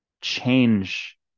change